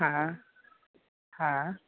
હા હા